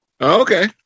Okay